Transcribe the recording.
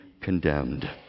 condemned